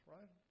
Right